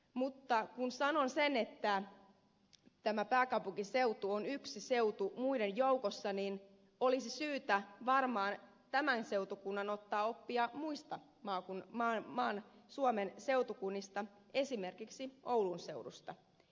mutta kun sanon sen että tämä pääkaupunkiseutu on yksi seutu muiden joukossa niin olisi syytä varmaan tämän seutukunnan ottaa oppia muista suomen seutukunnista esimerkiksi oulun seudusta